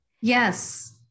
yes